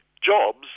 jobs